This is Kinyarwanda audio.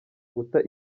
guta